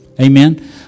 Amen